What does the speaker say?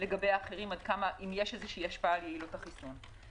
לגבי אחרים, אם יש השפעה על יעילות החיסון.